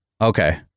Okay